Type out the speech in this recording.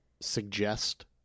suggest